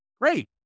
Great